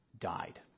died